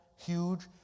huge